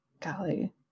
golly